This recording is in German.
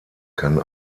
kann